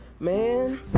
man